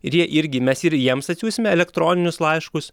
ir jie irgi mes ir jiems atsiųsime elektroninius laiškus